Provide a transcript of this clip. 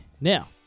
Now